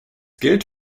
gilt